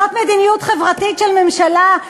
זאת מדיניות חברתית של ממשלה.